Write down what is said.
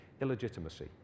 illegitimacy